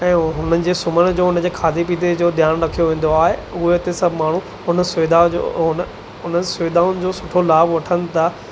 ऐं उन्हनि जे सुम्हण जो उन्हनि जे खाधे पीते जो ध्यानु रखियो वेंदो आहे उहो उते सभु माण्हू उन सुविधा उन्हनि सुविधाउनि जो सुठो लाभ वठनि था